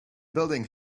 building